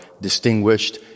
distinguished